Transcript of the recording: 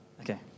Okay